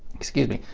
excuse me,